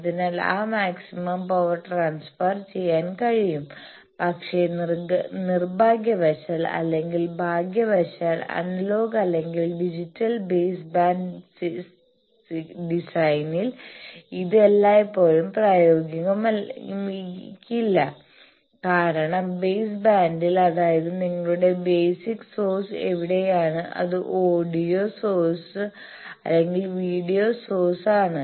അതിനാൽ ആ maximum power transfer ചെയ്യാൻ കഴിയും പക്ഷേ നിർഭാഗ്യവശാൽ അല്ലെങ്കിൽ ഭാഗ്യവശാൽ അനലോഗ് അല്ലെങ്കിൽ ഡിജിറ്റൽ ബേസ് ബാൻഡ് ഡിസൈനിൽ ഇത് എല്ലായ്പ്പോഴും പ്രയോഗിക്കില്ല കാരണം ബേസ് ബാൻഡിൽ അതായത് നിങ്ങളുടെ ബേസിക് സോഴ്സ് എവിടെയാണ് അത് ഓഡിയോ സോഴ്സ് അല്ലെങ്കിൽ വീഡിയോ സോഴ്സ് ആണ്